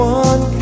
one